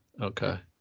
Okay